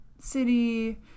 city